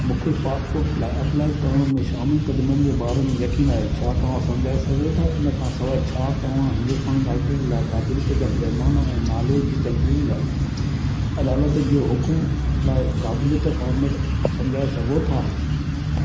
मूंखे पासपोर्ट लाइ अपलाए करण में शामिलु कदिमनि जे बारे में यकीन आहे छा तव्हां समझाइ सघो था इन खां सवाइ छा तव्हां हिंदुस्तान नागरिक लाइ क़ाबिलियतु जा पैमाना ऐं नाले जी तब्दीली लाइ अदालत जो हुक्म लाइ क़ाबिलियतु फॉर्मेट समझाए सघो था